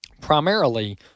primarily